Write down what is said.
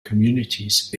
communities